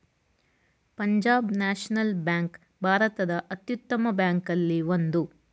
Punjab national bank ಭಾರತದ ಅತ್ಯುತ್ತಮ ಬ್ಯಾಂಕಲ್ಲಿ ಒಂದು